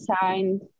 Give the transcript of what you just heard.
signed